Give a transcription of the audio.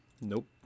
Nope